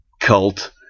cult